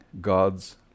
God's